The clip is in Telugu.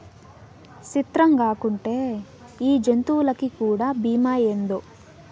సిత్రంగాకుంటే ఈ జంతులకీ కూడా బీమా ఏందో